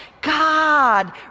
God